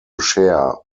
share